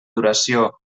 duració